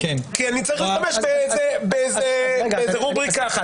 כי אני צריך להשתמש באיזה רובריקה אחת.